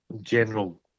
general